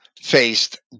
faced